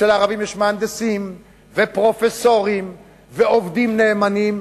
אצל הערבים יש מהנדסים ופרופסורים ועובדים נאמנים,